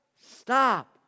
stop